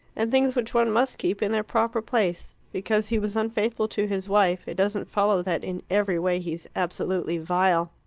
and things which one must keep in their proper place. because he was unfaithful to his wife, it doesn't follow that in every way he's absolutely vile.